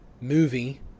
movie